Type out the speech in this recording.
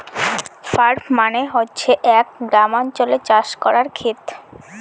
farm মানে হচ্ছে এক গ্রামাঞ্চলে চাষ করার খেত